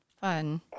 Fun